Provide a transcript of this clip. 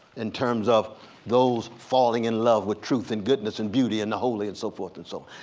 in terms of those falling in love with truth and goodness and beauty and the holy and so forth and so